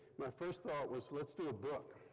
my first thought was let's do a book,